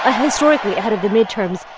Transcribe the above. ah historically, ahead of the midterms,